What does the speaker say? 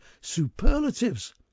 superlatives